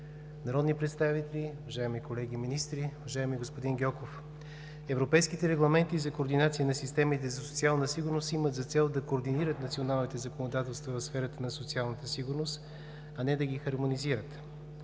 народни представители, уважаеми колеги министри, уважаеми господин Гьоков! Европейските регламенти за координация на системите за социална сигурност имат за цел да координират националните законодателства в сферата на социалната сигурност, а не да ги хармонизират.